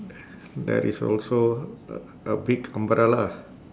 there is also a a big umbrella